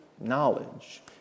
knowledge